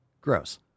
gross